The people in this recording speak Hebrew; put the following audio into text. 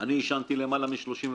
אני עישנתי למעלה מ-35 שנה,